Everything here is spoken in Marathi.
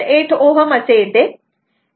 8 Ω असे येते